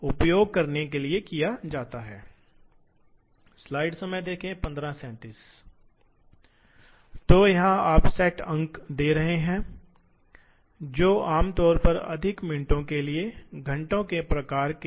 आमतौर पर आप यह जानते हैं यह सीएनसी मशीनें बहुत महंगी हैं इसलिए ऐसा नहीं है कि हर कोई इसे खरीद सकता है या हर तरह के निर्माण कार्य के लिए किसी को सीएनसी की खरीद करनी होगी इसलिए सीएनसी अच्छा होगा